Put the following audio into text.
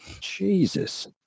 Jesus